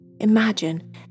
Imagine